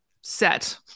set